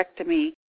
hysterectomy